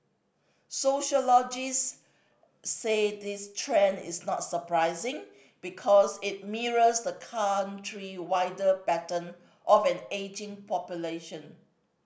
sociologists say this trend is not surprising because it mirrors the country wider pattern of an ageing population